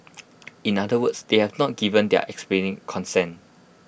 in other words they have not given their explicit consent